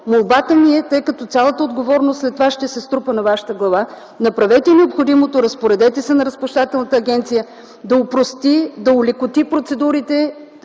отговор... Тъй като цялата отговорност след това ще се струпа на Вашата глава, молбата ми е: направете необходимото, разпоредете се на Разплащателната агенция да опрости, да олекоти процедурите.